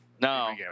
No